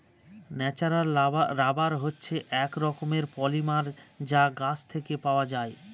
natural rubber হচ্ছে এক রকমের পলিমার যা গাছ থেকে পাওয়া যায়